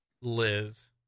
Liz